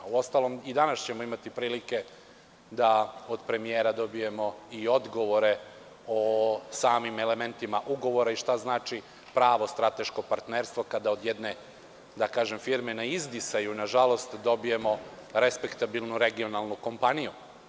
U ostalom danas ćemo imati prilike da od premijera dobijemo odgovore o samim elementima ugovora i šta znači pravo strateško partnerstvo kada od jedne firme na izdisaju nažalost, dobijemo respektabilnu kompaniju.